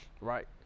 right